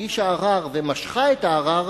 הגישה ערר ומשכה את הערר,